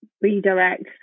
redirect